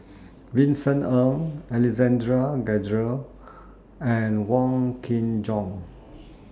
Vincent Ng Alexander Guthrie and Wong Kin Jong